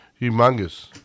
humongous